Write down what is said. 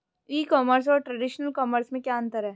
ई commerce और traditional commerce में क्या अंतर है?